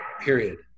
period